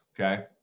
Okay